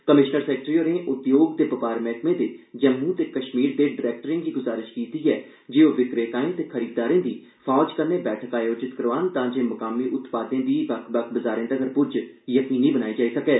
commissioner secretary होरें उद्योग ते बपार मैहकमे दे जम्मू ते कश्मीर दे डरैक्टरें गी ग्जारिशें कीती जे ओह् विक्रेताएं ते खरीददारें दी फौज कन्नै बैठक आयोजित करोआन तांजे मुकामी उत्पादें दी बक्ख बक्ख बजारें तगर पुज्ज यकीनी बनाई जाई सकै